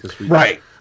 Right